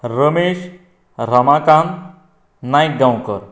Ramesh Ramakant Naik Gaonkar